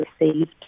received